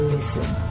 Listen